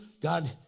God